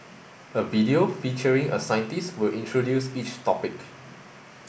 a video featuring a scientist will introduce each topic